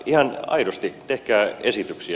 ihan aidosti tehkää esityksiä